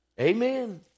Amen